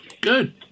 Good